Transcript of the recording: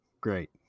great